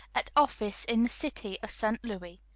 at office in the city of st. louis,